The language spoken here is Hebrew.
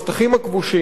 על-ידי מתנחלים,